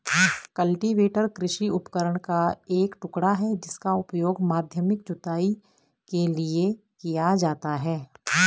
cultivator कृषि उपकरण का एक टुकड़ा है जिसका उपयोग माध्यमिक जुताई के लिए किया जाता है